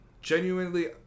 genuinely